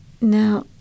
Now